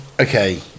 Okay